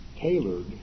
tailored